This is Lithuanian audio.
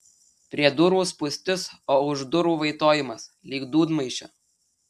prie durų spūstis o už durų vaitojimas lyg dūdmaišio